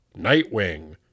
Nightwing